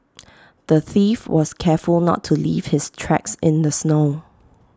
the thief was careful not to leave his tracks in the snow